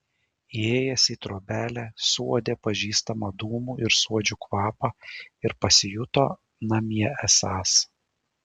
įėjęs į trobelę suuodė pažįstamą dūmų ir suodžių kvapą ir pasijuto namie esąs